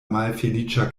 malfeliĉa